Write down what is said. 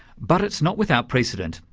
but it's not without precedent,